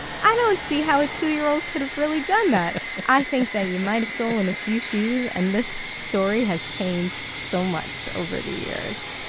i don't see how a two year old could have really done that i think that you might have stolen a few shoes and this story has changed so much over the years.